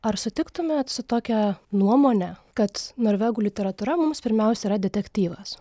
ar sutiktumėt su tokia nuomone kad norvegų literatūra mums pirmiausia yra detektyvas